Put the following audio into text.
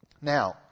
Now